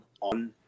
on